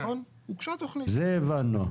את זה הבנו.